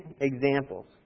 examples